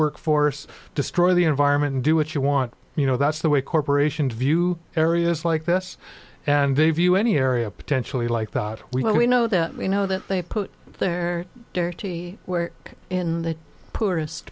work force destroy the environment and do what you want you know that's the way corporations view areas like this and they view any area potentially like that we know that you know that they put their dirty work in the poorest